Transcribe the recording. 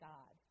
God